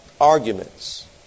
arguments